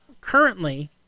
currently